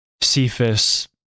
Cephas